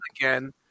again